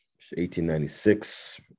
1896